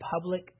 public